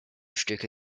stücke